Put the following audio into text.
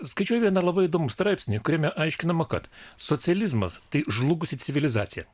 skaičiau labai įdomų straipsnį kuriame aiškinama kad socializmas tai žlugusi civilizacija